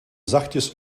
zachtjes